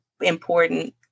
important